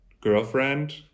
girlfriend